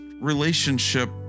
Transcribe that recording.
relationship